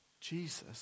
Jesus